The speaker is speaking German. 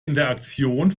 interaktion